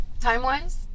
Time-wise